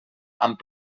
amb